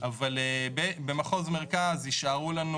אבל במחוז מרכז יש לנו